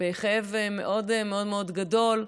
בכאב מאוד מאוד גדול,